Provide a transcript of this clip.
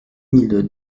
mille